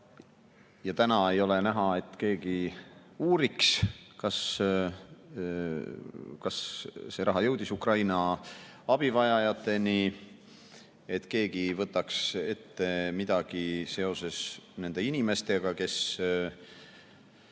Täna ei ole näha, et keegi uuriks, kas see raha jõudis Ukraina abivajajateni, või et keegi võtaks ette midagi seoses nende inimestega, kes